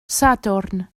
sadwrn